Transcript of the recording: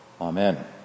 Amen